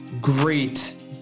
great